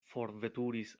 forveturis